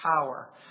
power